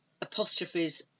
apostrophes